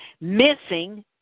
missing